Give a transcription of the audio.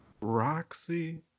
Roxy